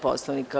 Poslovnika?